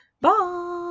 bye